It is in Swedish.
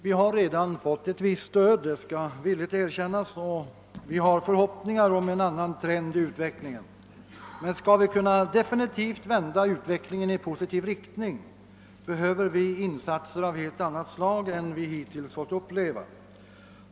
Vi har redan fått ett visst stöd — det skall villigt erkännas — och vi har förhoppningar om en annan utveckling, men skall vi definitivt kunna vända trenden i positiv riktning, behöver vi insatser av helt annat slag än vi hittills fått uppleva.